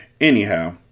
Anyhow